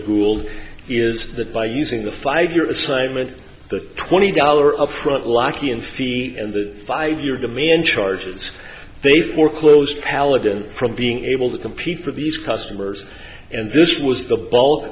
ruled is that by using the five your assignment the twenty dollar upfront lackey and fee and the five year demand charges they foreclose paladin for being able to compete for these customers and this was the bulk